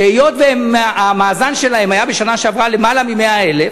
שהיות שהמאזן שלהם בשנה שעברה היה למעלה מ-100,000,